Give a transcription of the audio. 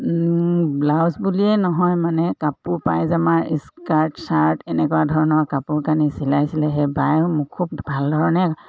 blouse বুলিয়েই নহয় মানে কাপোৰ পাইজামা স্কাৰ্ট চাৰ্ট এনেকুৱা ধৰণৰ কাপোৰ কানি চিলাইছিলে সেই বায়ো মোক খুব ভাল ধৰণে